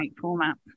format